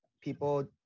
people